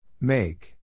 Make